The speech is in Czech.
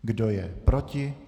Kdo je proti?